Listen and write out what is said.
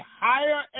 Higher